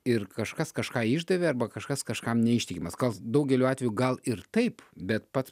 ir kažkas kažką išdavė arba kažkas kažkam neištikimas kas daugeliu atveju gal ir taip bet pats